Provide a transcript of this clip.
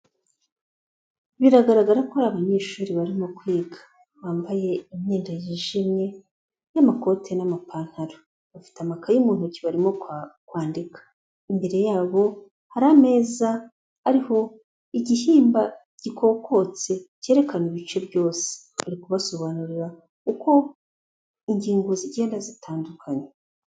Biragaragara ko abanyeshuri barimo kwiga bambaye imyenda yijimye n'amakoti n'amapantaro, bafite amakaye mu ntoki barimo kwandika, imbere yabo hari ameza ariho igihimba gikokotse cyerekana ibice byose, bari kubasobanurira uko ingingo zigenda zitandukanye.